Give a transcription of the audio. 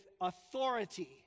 authority